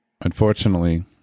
unfortunately